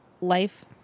life